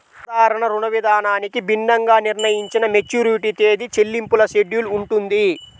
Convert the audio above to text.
సాధారణ రుణవిధానానికి భిన్నంగా నిర్ణయించిన మెచ్యూరిటీ తేదీ, చెల్లింపుల షెడ్యూల్ ఉంటుంది